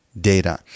data